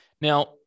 Now